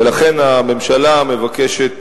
ולכן, הממשלה מבקשת